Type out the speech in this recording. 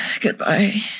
Goodbye